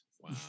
Wow